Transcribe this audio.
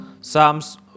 Psalms